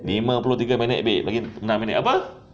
lima puluh tiga minit babe lagi enam minit apa